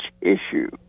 issue